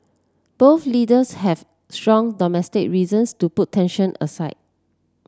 both leaders have strong domestic reasons to put tension aside